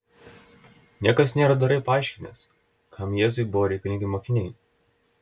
niekas nėra dorai paaiškinęs kam jėzui buvo reikalingi mokiniai